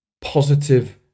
positive